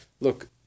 Look